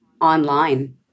online